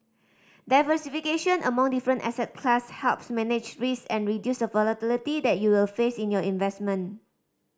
diversification among different asset class helps manage risk and reduce the volatility that you will face in your investment